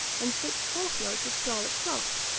and six horse-loads of scarlet cloth,